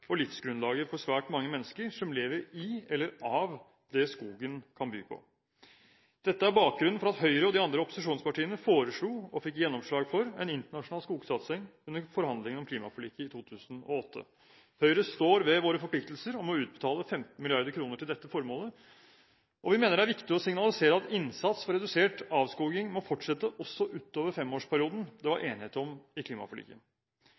og livsgrunnlaget for svært mange mennesker som lever i eller av det skogen kan by på. Dette er bakgrunnen for at Høyre og de andre opposisjonspartiene foreslo, og fikk gjennomslag for, en internasjonal skogsatsing under forhandlingene om klimaforliket i 2008. Høyre står ved våre forpliktelser om å utbetale 15 mrd. kr til dette formålet, og vi mener det er viktig å signalisere at innsats for redusert avskoging må fortsette også utover femårsperioden det var enighet om i klimaforliket.